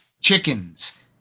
chickens